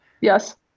Yes